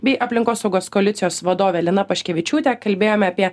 bei aplinkosaugos koalicijos vadove lina paškevičiūte kalbėjome apie